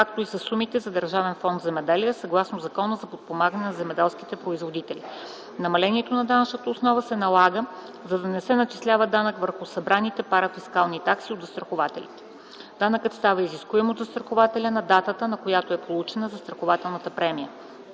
както и със сумите за Държавен фонд „Земеделие” съгласно Закона за подпомагане на земеделските производители. Намалението на данъчната основа се налага, за да не се начислява данък върху събираните парафискални такси от застрахователите. Данъкът става изискуем от застрахователя на датата, на която е получена застрахователната премия.